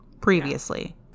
previously